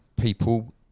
people